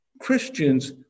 Christians